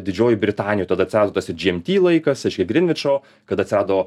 didžioji britanija tada atsirado tas ir džyemty laikas reiškia grinvičo kada atsirado